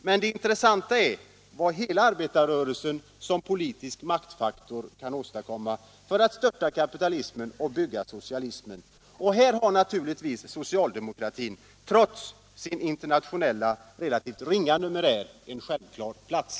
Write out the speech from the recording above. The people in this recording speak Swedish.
Men det intressanta är vad hela arbetarrörelsen som politisk maktfaktor kan åstadkomma för att störta kapitalismen och bygga socialismen. Här har naturligtvis socialdemokratin, trots sin relativt ringa numerär, en självklar plats.